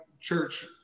church